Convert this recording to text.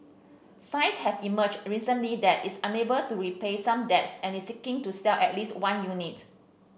signs have emerged recently that it's unable to repay some debts and is seeking to sell at least one unit